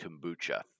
kombucha